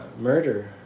murder